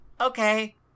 Okay